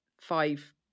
five